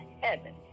heaven